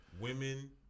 women